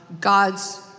God's